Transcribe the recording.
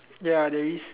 ya there is